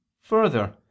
Further